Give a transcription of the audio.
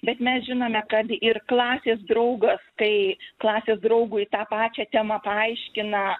bet mes žinome kad ir klasės draugas tai klasės draugui tą pačią temą paaiškina